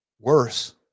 Worse